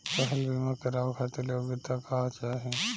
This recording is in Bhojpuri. फसल बीमा करावे खातिर योग्यता का चाही?